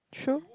true